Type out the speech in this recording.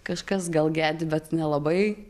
kažkas gal gedi bet nelabai